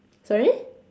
sorry